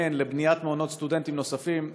לבניית מעונות סטודנטים נוספים,